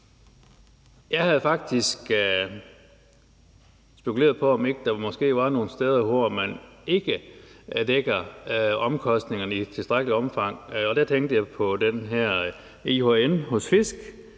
Jeg havde faktisk spekuleret på, om ikke der måske var nogle steder, hvor man ikke dækker omkostningerne i tilstrækkeligt omfang, og der tænker jeg på den her EHN hos fisk,